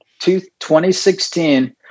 2016